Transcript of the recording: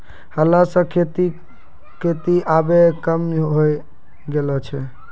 हलो सें खेती आबे कम होय गेलो छै